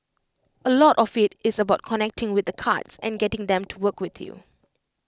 A lot of IT is about connecting with the cards and getting them to work with you